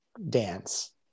dance